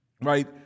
right